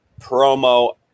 promo